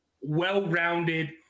well-rounded